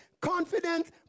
confidence